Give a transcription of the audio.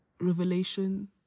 Revelation